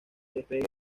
despegue